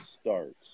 starts